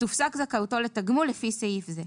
תופסק זכאותו לתגמול לפי סעיף זה.